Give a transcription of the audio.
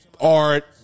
art